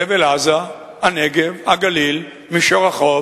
חבל-עזה, הנגב, הגליל, מישור החוף.